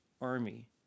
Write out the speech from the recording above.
army